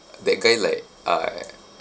that guy like uh